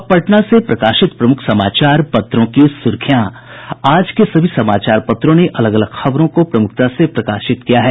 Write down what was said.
अब पटना से प्रकाशित प्रमुख समाचार पत्रों की सुर्खियां आज के सभी समाचार पत्रों ने अलग अलग खबरों को प्रमुखता से प्रकाशित किया है